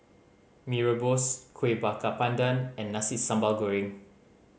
Mee Rebus Kuih Bakar Pandan and Nasi Sambal Goreng